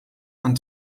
and